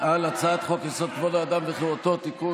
על הצעת חוק-יסוד: כבוד האדם וחירותו (תיקון,